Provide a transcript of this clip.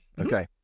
Okay